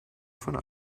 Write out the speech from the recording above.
von